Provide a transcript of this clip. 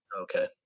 Okay